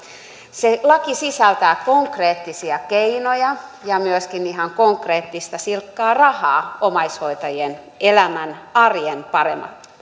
se laki sisältää konkreettisia keinoja ja myöskin ihan silkkaa konkreettista rahaa omaishoitajien elämän arjen paremmaksi